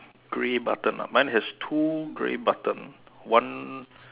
gray button lah mine has two grey button one